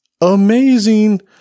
amazing